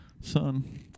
son